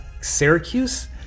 Syracuse